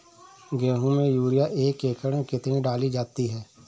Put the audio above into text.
गेहूँ में यूरिया एक एकड़ में कितनी डाली जाती है?